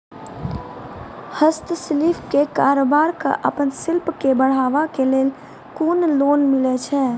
हस्तशिल्प के कलाकार कऽ आपन शिल्प के बढ़ावे के लेल कुन लोन मिलै छै?